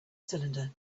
cylinder